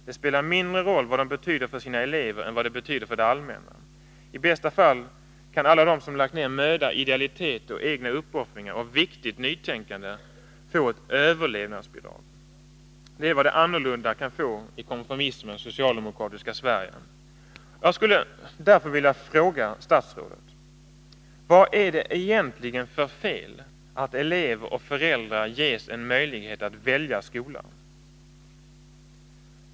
Det spelar mindre roll vad de betyder för sina elever än vad de betyder för ”det allmänna”; i bästa fall kan alla de som lagt ned möda och egna uppoffringar, visat prov på idealitet och svarat för viktigt nytänkande få ett överlevnadsbidrag. Det är vad det annorlunda kan få i konformismens socialdemokratiska Sverige. Jag skulle därför vilja fråga statsrådet: Vad är det egentligen för fel att elever och föräldrar ges en möjlighet att välja skola?